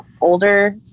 older